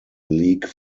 league